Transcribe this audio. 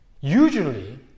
Usually